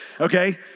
Okay